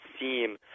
seem